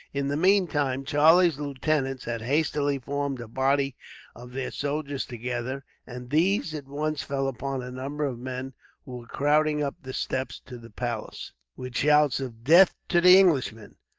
in the meantime, charlie's lieutenants had hastily formed a body of their soldiers together, and these at once fell upon a number of men who were crowding up the steps to the palace, with shouts of death to the englishman.